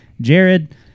jared